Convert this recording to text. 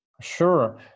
Sure